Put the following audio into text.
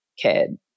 kid